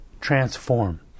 transform